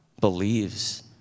believes